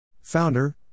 Founder